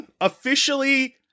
officially